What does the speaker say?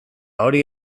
hori